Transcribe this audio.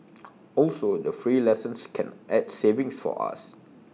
also the free lessons can add savings for us